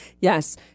Yes